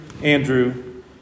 Andrew